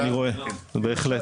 אני רואה, בהחלט.